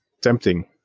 tempting